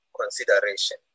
consideration